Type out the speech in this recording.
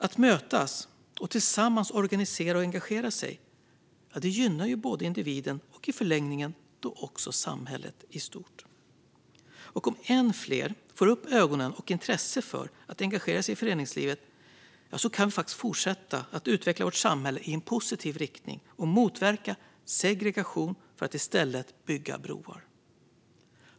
Att mötas och tillsammans organisera och engagera sig gynnar både individen och i förlängningen också samhället i stort. Om än fler får upp ögonen och intresset för att engagera sig i föreningslivet kan vi fortsätta att utveckla vårt samhälle i en positiv riktning och motverka segregation för att i stället bygga broar.